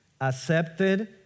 accepted